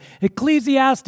Ecclesiastes